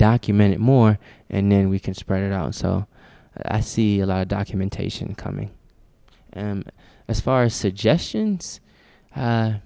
document it more and then we can spread it around so i see a lot of documentation coming and as far